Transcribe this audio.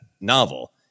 novel